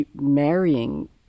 marrying